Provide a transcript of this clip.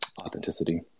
authenticity